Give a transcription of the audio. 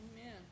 amen